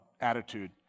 attitude